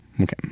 Okay